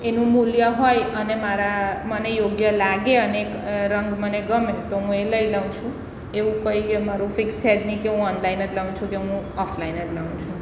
એનું મૂલ્ય હોય અને મારા મને યોગ્ય લાગે અનેક રંગ મને ગમે તો હું એ લઈ લઉં છું એવું કોઈ મારું ફિક્સ છે જ નહિ કે હું ઓનલાઈન જ લઉં છું કે હું ઓફલાઈન જ લઉં છું